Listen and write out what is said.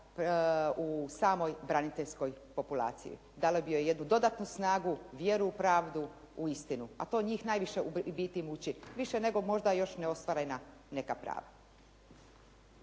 u samoj braniteljskoj populaciji. Dala bih joj jednu dodatnu snagu, vjeru u pravdu i u istinu, a to njih najviše u biti i muči. Više nego možda još neostvarena neka prava.